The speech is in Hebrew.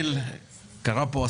אני מתכבד לפתוח את ישיבת ועדת הכספים.